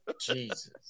Jesus